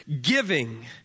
giving